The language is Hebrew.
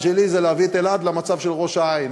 שלי זה להביא את אלעד למצב של ראש-העין.